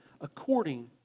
according